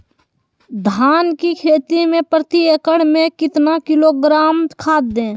धान की खेती में प्रति एकड़ में कितना किलोग्राम खाद दे?